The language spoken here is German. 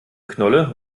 knolle